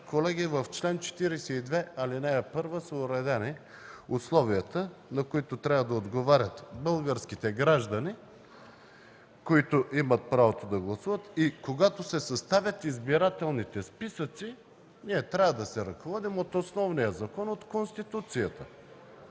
Колеги, в чл. 42, ал. 1 са уредени условията, на които трябва да отговарят българските граждани, които имат правото да гласуват. Когато се съставят избирателните списъци трябва да се ръководим от основния закон – Конституцията.